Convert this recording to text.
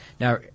Now